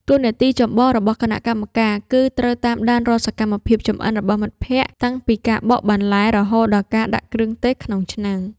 តួនាទីចម្បងរបស់គណៈកម្មការគឺត្រូវតាមដានរាល់សកម្មភាពចម្អិនរបស់មិត្តភក្តិ តាំងពីការបកបន្លែ រហូតដល់ការដាក់គ្រឿងទេសក្នុងឆ្នាំង។